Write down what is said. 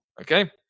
Okay